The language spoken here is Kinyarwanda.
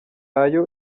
ayo